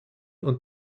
und